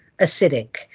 acidic